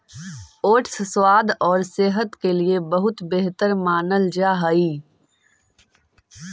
oats स्वाद और सेहत के लिए बहुत बेहतर मानल जा हई